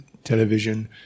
television